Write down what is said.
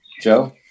Joe